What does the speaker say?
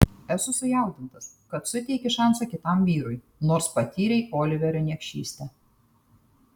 esu sujaudintas kad suteiki šansą kitam vyrui nors patyrei oliverio niekšystę